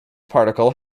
particle